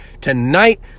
tonight